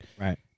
Right